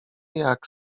jak